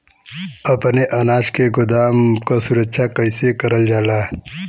अपने अनाज के गोदाम क सुरक्षा कइसे करल जा?